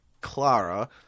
Clara